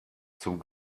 zum